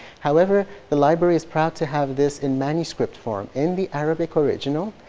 however, the library is proud to have this in manuscript form in the arabic original,